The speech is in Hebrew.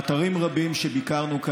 באתרים רבים שביקרנו בהם,